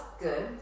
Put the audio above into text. good